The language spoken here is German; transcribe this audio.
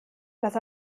das